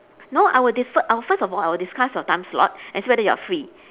no I will differ I will first of all I will discuss your time slot and see whether you are free